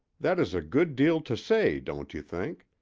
that is a good deal to say, don't you think?